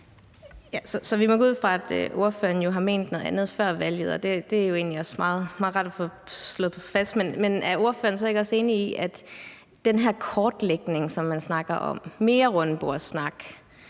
Så vi må gå ud fra, at ordføreren har ment noget andet før valget, og det er egentlig også meget rart at få slået fast. Men er ordføreren så ikke også enig i, at den her kortlægning, som man snakker om – mere rundbordssnak,